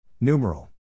Numeral